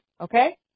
okay